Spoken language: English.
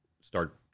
start